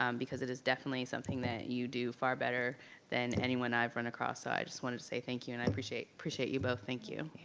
um because it is definitely something that you do far better than anyone that i've run across, so i just want to to say thank you and i appreciate appreciate you both, thank you.